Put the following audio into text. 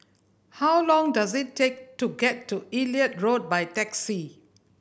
how long does it take to get to Elliot Road by taxi